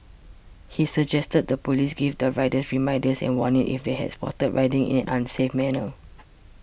he suggested the police give these riders reminders and warnings if they are spotted riding in an unsafe manner